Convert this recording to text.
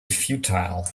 futile